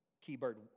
keyboard